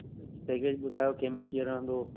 package ॿुधायो कंहिंमें कीअं रहंदो